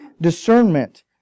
discernment